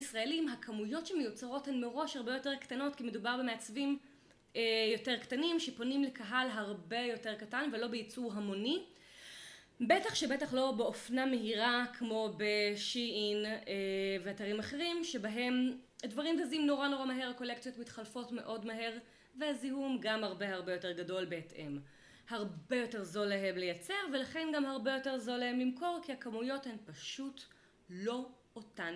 ישראלים, הכמויות שמיוצרות הן מראש הרבה יותר קטנות, כי מדובר במעצבים יותר קטנים, שפונים לקהל הרבה יותר קטן ולא בייצור המוני, בטח שבטח לא באופנה מהירה כמו ב-shein ואתרים אחרים, כשבהם הדברים זזים נורא נורא מהר, קולקציות מתחלפות מאוד מהר, והזיהום גם הרבה הרבה יותר גדול בהתאם. הרבה יותר זול להם לייצר, ולכן גם הרבה יותר זול להם למכור, כי הכמויות הן פשוט לא אותן